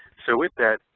so with that,